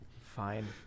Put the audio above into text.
Fine